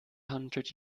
hundred